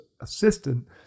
assistant